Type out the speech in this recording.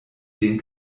den